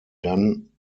dann